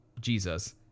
Jesus